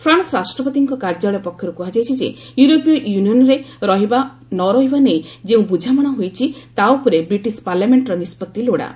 France ରାଷ୍ଟ୍ରପତିଙ୍କ କାର୍ଯ୍ୟାଳୟ ପକ୍ଷରୁ କୁହାଯାଇଛି ଯେ ୟୁରୋପୀୟ ୟୁନିୟନ୍ରେ ରହିବା ନ ରହିବା ନେଇ ଯେଉଁ ବୁଝାମଣା ହୋଇଛି ତା' ଉପରେ ବ୍ରିଟିଶ ପାର୍ଲାମେଣ୍ଟର ନିଷ୍କତ୍ତି ଲୋଡ଼ା